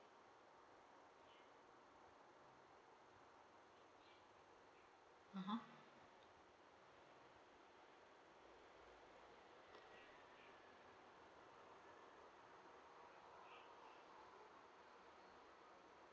(uh huh)